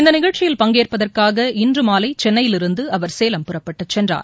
இந்தநிகழ்ச்சியில் பங்கேற்பதற்காக இன்றுமாலைசென்னையில் இருந்துஅவர் சேலம் புறப்பட்டுச் சென்றார்